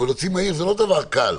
להוציא מהעיר זה לא דבר קל,